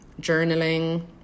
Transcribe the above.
journaling